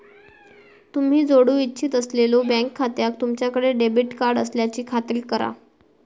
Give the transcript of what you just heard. तुम्ही जोडू इच्छित असलेल्यो बँक खात्याक तुमच्याकडे डेबिट कार्ड असल्याची खात्री करा